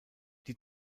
die